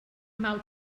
mal